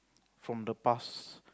from the past